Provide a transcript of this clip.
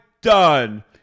done